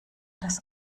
das